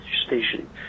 station